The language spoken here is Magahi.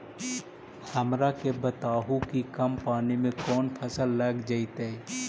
हमरा के बताहु कि कम पानी में कौन फसल लग जैतइ?